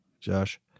Josh